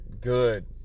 good